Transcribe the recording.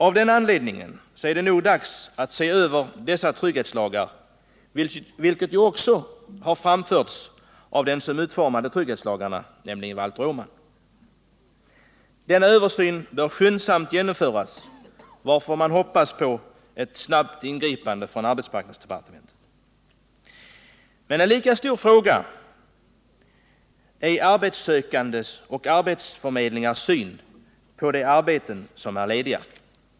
Av den anledningen är det nog dags att se över trygghetslagarna, vilket ju också har framförts av den som utformade dessa lagar, nämligen Valter Åman. Denna översyn bör skyndsamt genomföras, och jag hoppas på ett snabbt ingripande från arbetsmarknadsdepartementet. Men en lika viktig faktor i sammanhanget är arbetssökandes och arbetsförmedlingars syn på de arbeten som är lediga.